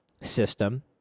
system